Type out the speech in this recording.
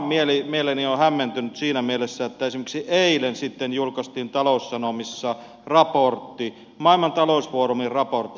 oma mieleni on hämmentynyt esimerkiksi siinä mielessä että eilen julkaistiin taloussanomissa maailman talousfoorumin raportti